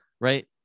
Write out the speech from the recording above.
right